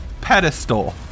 pedestal